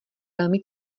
velmi